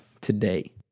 today